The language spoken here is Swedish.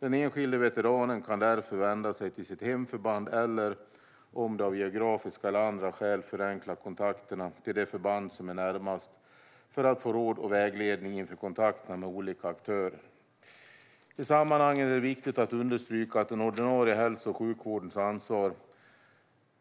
Den enskilde veteranen kan därför vända sig till sitt hemförband eller, om det av geografiska eller andra skäl förenklar kontakterna, till det förband som är närmast för att få råd och vägledning inför kontakter med olika aktörer. I sammanhanget är det viktigt att understryka den ordinarie hälso och sjukvårdens ansvar